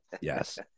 Yes